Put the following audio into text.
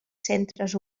centres